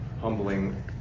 humbling